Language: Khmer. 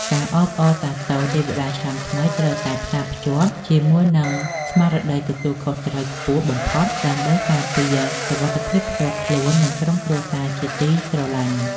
ការអបអរសាទរទេវតាឆ្នាំថ្មីត្រូវតែផ្សារភ្ជាប់ជាមួយនឹងស្មារតីទទួលខុសត្រូវខ្ពស់បំផុតដើម្បីការពារសុវត្ថិភាពផ្ទាល់ខ្លួន និងក្រុមគ្រួសារជាទីស្រឡាញ់។